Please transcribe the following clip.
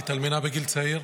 התאלמנה בגיל צעיר,